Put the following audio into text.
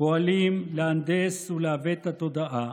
פועלים להנדס ולעוות את התודעה,